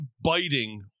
biting